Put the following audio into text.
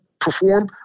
perform